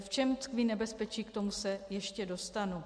V čem tkví nebezpečí, k tomu se ještě dostanu.